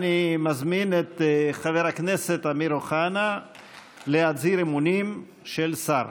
אני מזמין את חבר הכנסת אמיר אוחנה להצהיר אמונים של שר.